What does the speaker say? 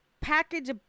package